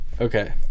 okay